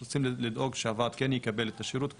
פשוט רוצים לדאוג שהוועד כן יקבל את השירות,